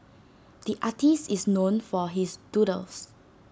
the artist is known for his doodles